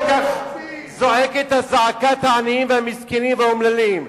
הרי אתה כל כך זועק את זעקת העניים והמסכנים והאומללים.